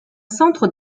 centre